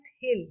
hill